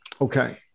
Okay